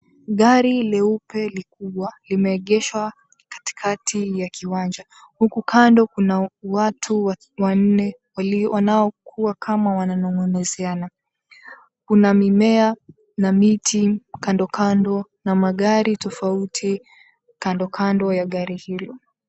Gari leupe likubwa limeegeshwa katikati ya kiwanja huku kando kuna watu wanne wanaokuwa kama wananon'goneziana. Kuna mimea ya miti kando kando na magari tofauti kando kando ya gari hilo.